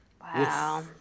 Wow